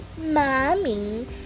mommy